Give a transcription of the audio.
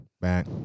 back